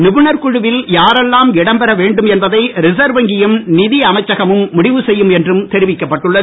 நிபுணர் குழுவில் யாரெல்லாம் இடம் பெற வேண்டும் என்பதை ரிசர்வ் வங்கியும் நிதி அமைச்சகமும் முடிவு செய்யும் என்றும் தெரிவிக்கப்பட்டுள்ளது